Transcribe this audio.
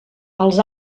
als